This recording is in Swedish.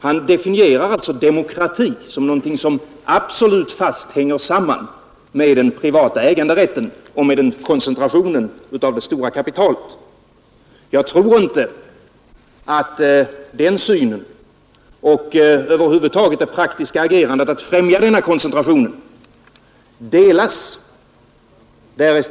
Han definierar alltså demokratin med någonting som absolut fast hänger samman med den privata äganderätten och med koncentrationen av det stora kapitalet. Jag tror inte att den synen och över huvud taget det praktiska agerandet för att främja denna koncentration delas av de socialdemokratiska partiorganisationerna.